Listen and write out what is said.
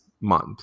month